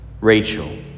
Rachel